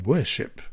Worship